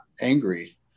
angry